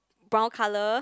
brown color